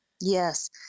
Yes